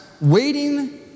waiting